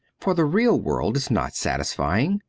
for the real world is not satisfying.